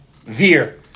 Veer